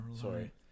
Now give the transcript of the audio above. Sorry